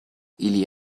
ili